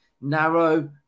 narrow